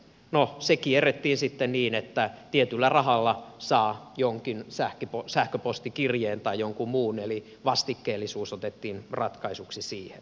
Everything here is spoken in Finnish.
no se kierrettiin sitten niin että tietyllä rahalla saa jonkin sähköpostikirjeen tai jonkun muun eli vastikkeellisuus otettiin ratkaisuksi siihen